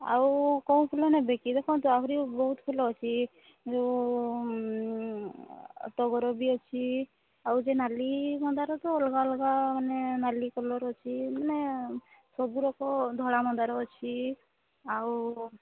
ଆଉ କେଉଁ ଫୁଲ ନେବେ କି ଦେଖନ୍ତୁ ଆହୁରି ବହୁତ ଫୁଲ ଅଛି ଯେଉଁ ଟଗର ବି ଅଛି ଆଉ ସେ ନାଲି ମନ୍ଦାର ତ ଅଲଗା ଅଲଗା ମାନେ ନାଲି କଲର୍ ଅଛି ମାନେ ସବୁରକ ଧଳା ମନ୍ଦାର ଅଛି ଆଉ